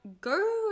go